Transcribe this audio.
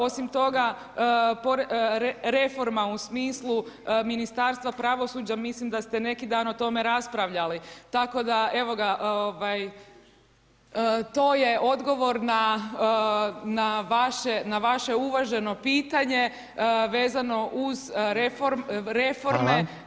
Osim toga reforma u smislu Ministarstva pravosuđa, mislim da ste neki dan o tome raspravljali, tako da evo ga, to je odgovor na vaše uvaženo pitanje vezano uz reforme.